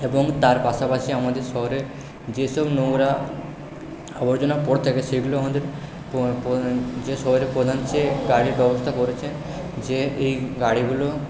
এবং তার পাশাপাশি আমাদের শহরে যেসব নোংরা আবর্জনা পড়ে থাকে সেইগুলো আমাদের যে শহরের প্রধান সে গাড়ির ব্যবস্থা করেছেন যে এই গাড়িগুলো